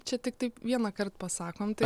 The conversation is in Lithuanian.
čia tiktai vienąkart pasakom tai